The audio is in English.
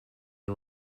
and